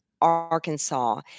Arkansas